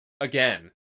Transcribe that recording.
Again